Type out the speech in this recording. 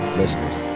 listeners